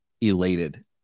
elated